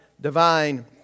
divine